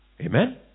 Amen